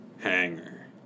hanger